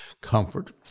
comfort